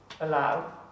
allow